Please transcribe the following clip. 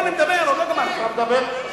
עומדות לרשותך עוד עשר דקות.